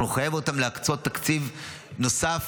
אנחנו נחייב אותן להקצות תקציב נוסף